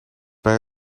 bij